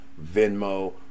venmo